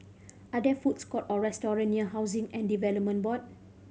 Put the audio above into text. are there foods court or restaurant near Housing and Development Board